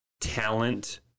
talent